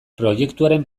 proiektuaren